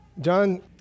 John